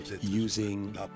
using